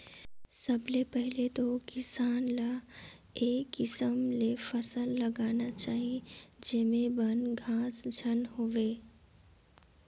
सबले पहिले तो किसान ल ए किसम ले फसल लगाना चाही जेम्हे बन, घास झेन होवे